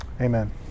Amen